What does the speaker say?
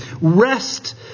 rest